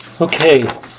Okay